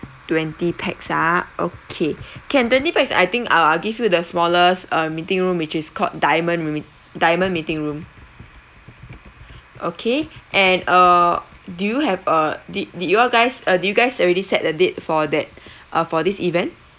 twenty pax ah okay can twenty pax I think I'll I'll give you the smallest uh meeting room which is called diamond meet~ diamond meeting room okay and err do you have uh did did you all guys uh did you guys already set a date for that uh for this event